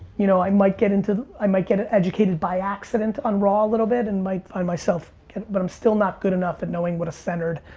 you know i might get into the, i might get ah educated by accident on raw a little bit and might find myself but i'm still not good enough at knowing what a centered